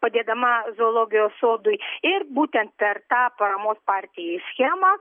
padėdama zoologijos sodui ir būtent per tą paramos partijai schemą